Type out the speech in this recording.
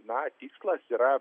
na tikslas yra